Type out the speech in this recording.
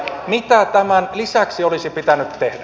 mitä tämän lisäksi olisi pitänyt tehdä